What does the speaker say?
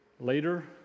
Later